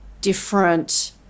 different